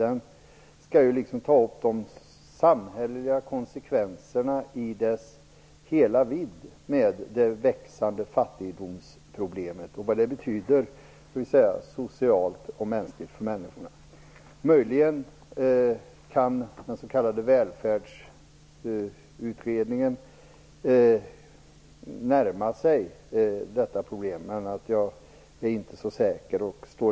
Den skall ta upp alla samhälleliga konsekvenser av det växande fattigdomsproblemet, vad det betyder socialt och mänskligt. Möjligen kan den s.k. välfärdsutredningen närma sig detta problem, men jag är inte så säker.